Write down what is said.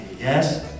Yes